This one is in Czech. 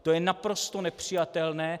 To je naprosto nepřijatelné.